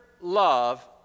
love